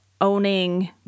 owning